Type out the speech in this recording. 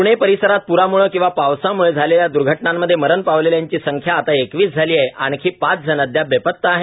प्णे परिसरात प्रामुळे किंवा पावसामुळे झालेल्या दुर्घटनांमधे मरण पावलेल्यांची संख्या आता एकवीस झाली आहे आणखी पाच जण अद्याप बेपता आहेत